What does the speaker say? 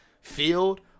field